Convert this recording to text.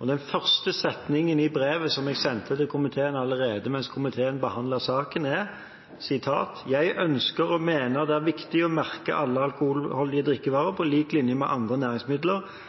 Den første setningen i brevet som jeg sendte til komiteen, allerede mens komiteen behandlet saken, er: «Jeg ønsker og mener det er viktig å merke alle alkoholholdige drikkevarer på lik linje med andre næringsmidler